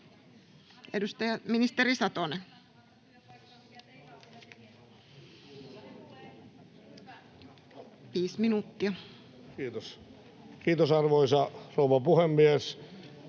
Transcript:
— Ministeri Satonen, viisi minuuttia. Kiitos, arvoisa rouva puhemies!